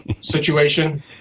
situation